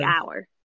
hour